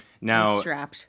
Now